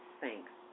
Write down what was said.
thanks